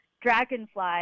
Dragonfly